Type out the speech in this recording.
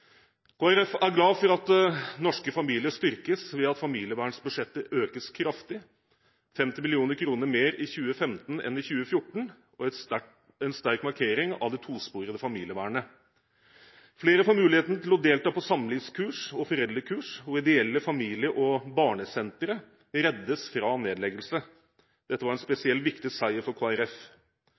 Folkeparti er glad for at norske familier styrkes ved at familievernsbudsjettet økes kraftig. Det blir 50 mill. kr mer i 2015 enn i 2014. Dette er en sterk markering av det tosporede familievernet. Flere får muligheten til å delta på samlivskurs og foreldrekurs, og ideelle familie- og barnesentre reddes fra nedleggelse. Dette var en spesielt viktig seier for